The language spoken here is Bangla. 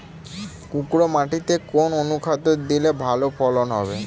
কাঁকুরে মাটিতে কোন অনুখাদ্য দিলে ভালো ফলন হবে?